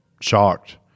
shocked